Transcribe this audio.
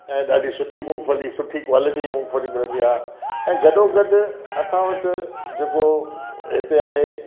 ऐं ॾाढी सुठी मूंगफली सुठी क्वालिटी ई मूंगफली मिलंदी आहे ऐं गॾो गॾु असां वटि जेको हिते आहे